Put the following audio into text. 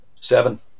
Seven